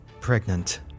pregnant